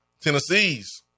Tennessee's